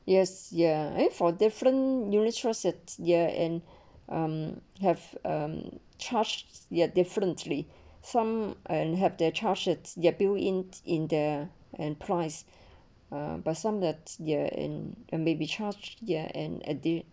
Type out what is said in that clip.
yes ya eh for different unit trust ya and um have um charged their differently some and have their charged there you in in there and price uh but some that ya and the maybe charged ya and added